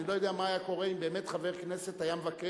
אני לא יודע מה היה קורה אם באמת חבר כנסת היה מבקש